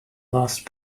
last